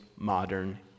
Modern